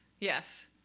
yes